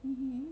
mmhmm